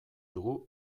dugu